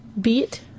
beat